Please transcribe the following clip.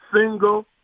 single